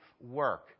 work